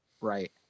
right